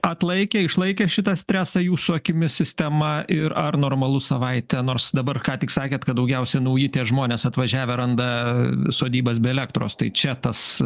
atlaikė išlaikė šitą stresą jūsų akimis sistema ir ar normalu savaitę nors dabar ką tik sakėt kad daugiausia nauji tie žmonės atvažiavę randa sodybas be elektros tai čia tas